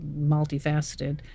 multifaceted